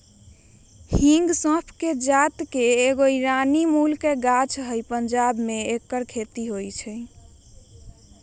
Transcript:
हिंग सौफ़ कें जात के एगो ईरानी मूल के गाछ हइ पंजाब में ऐकर खेती होई छै